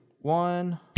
one